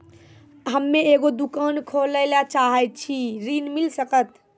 हम्मे एगो दुकान खोले ला चाही रहल छी ऋण मिल सकत?